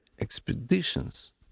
expeditions